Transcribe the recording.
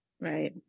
Right